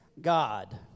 God